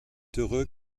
heureux